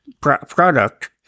product